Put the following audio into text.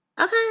okay